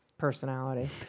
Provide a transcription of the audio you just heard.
Personality